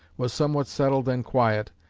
was somewhat settled and quiet,